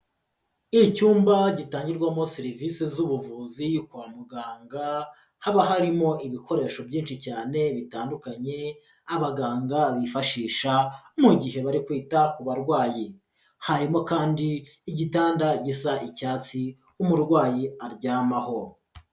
Icyumba gitangirwamo serivise z'ubuvuzi kwa muganga, haba harimo ibikoresho byinshi cyane bitandukanye, abaganga bifashisha mu gihe bari kwita ku barwayi, harimo kandi igitanda gisa icyatsi umurwayi aryamaho.